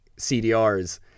CDRs